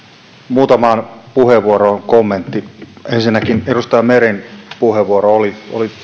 muutamaan puheenvuoroon kommentti ensinnäkin edustaja meren puheenvuoro oli